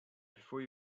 before